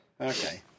Okay